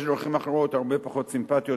יש דרכים אחרות הרבה פחות סימפתיות,